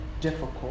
difficult